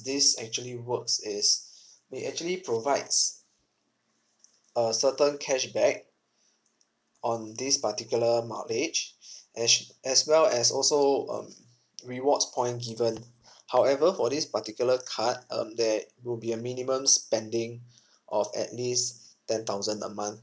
this actually works is they actually provides a certain cashback on this particular mileage as as well as also um rewards point given however for this particular card um there will be a minimum spending of at least ten thousand a month